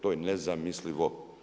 To je nezamislivo.